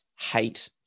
hate